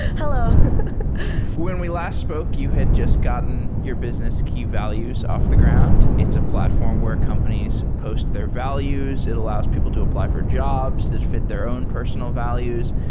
hello when we last spoke you had just gotten your business, key values, off the ground. it's a platform where companies post their values. it allows people to apply for jobs that fit their own personal values.